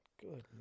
Good